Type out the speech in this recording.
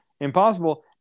Impossible